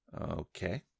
Okay